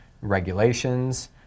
regulations